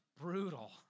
brutal